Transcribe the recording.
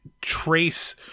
trace